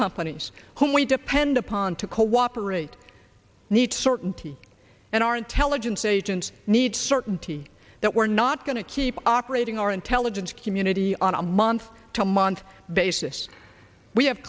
companies who we depend upon to cooperate need certainty and our intelligence agents need certainty that we're not going to keep operating our intelligence community on a month to month basis we have